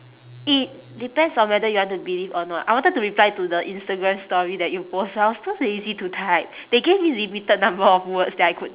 it depends on whether you want to believe or not I wanted to reply to the instagram story that you post but I was too lazy to type they gave me limited number of words that I could